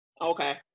Okay